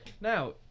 now